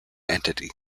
entity